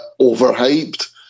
overhyped